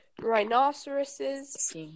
rhinoceroses